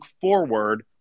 forward